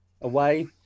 away